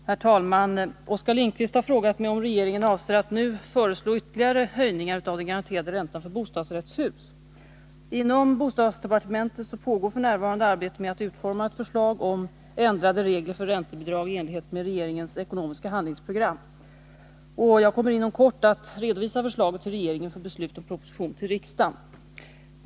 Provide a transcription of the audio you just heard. Herr talman! Oskar Lindkvist har frågat mig om regeringen avser att nu föreslå ytterligare höjningar av den garanterade räntan för bostadsrättshus. Inom bostadsdepartementet pågår f. n. arbete med att utforma ett förslag om ändrade regler för räntebidrag i enlighet med regeringens ekonomiska handlingsprogram. Jag kommer inom kort att redovisa förslaget till regeringen för beslut om proposition till riksdagen.